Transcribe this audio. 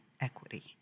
equity